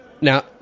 now